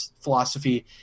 philosophy